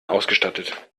ausgestattet